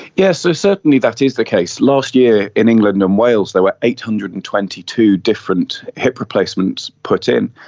yes, so certainly that is the case. last year in england and um wales there were eight hundred and twenty two different hip replacements put in,